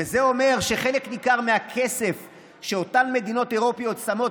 וזה אומר שחלק ניכר מהכסף שאותן מדינות אירופיות שמות